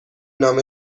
نام